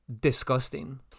disgusting